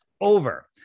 over